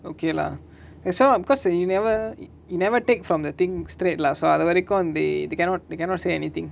okay lah that's why because you never you never take from the thing straight lah so அதுவரைக்கு:athuvaraikku they they cannot they cannot say anything